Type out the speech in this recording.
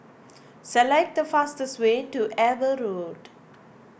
select the fastest way to Eber Road